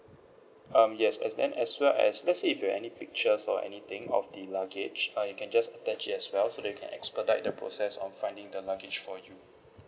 um yes as then as well as let's say you have any pictures or anything of the luggage uh you can just attach it as well so that we can expedite the process on finding the luggage for you